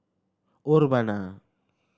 urbana